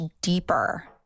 deeper